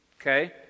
okay